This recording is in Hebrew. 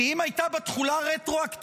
כי אם הייתה בה תחולה רטרואקטיבית,